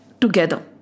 together